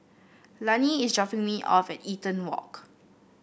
Lani is dropping me off at Eaton Walk